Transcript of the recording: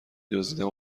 دزدیدم